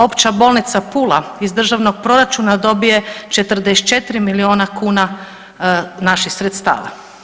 Opća bolnica Pula iz državnog proračuna dobije 44 milijuna kuna naših sredstava.